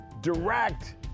direct